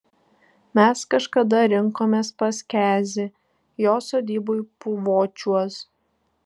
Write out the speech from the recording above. mes kažkada rinkomės pas kezį jo sodyboj puvočiuos